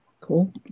cool